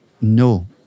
no